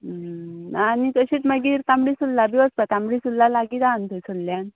आनी तशींत मागीर तांबडी सुरला बी वचपा तांबडी सुरला लागींत आसा न्हू थंयसल्ल्यान